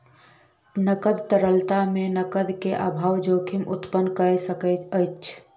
नकद तरलता मे नकद के अभाव जोखिम उत्पन्न कय सकैत अछि